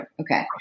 Okay